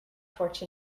torch